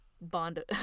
bond